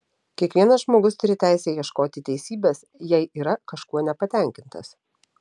kiekvienas žmogus turi teisę ieškoti teisybės jei yra kažkuo nepatenkintas